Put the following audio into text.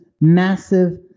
massive